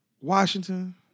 Washington